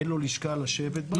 אין לו לשכה לשבת בה.